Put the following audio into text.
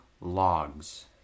logs